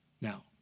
Now